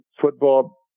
football